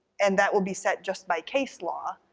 and that will be set just by case law,